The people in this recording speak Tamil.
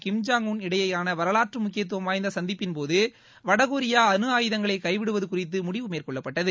கிம் ஜோய் உள் இடையேயாள வரலாற்று முக்கியத்துவம் வாய்ந்த சந்திப்பின்போது வடகொரியா அனு ஆயுதங்களை எகவிடுவது குறித்து முடிவு மேற்கொள்ளப்பட்டது